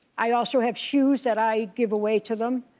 i also have shoes that i give away to them.